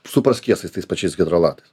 su praskiestais tais pačiais hidrolatais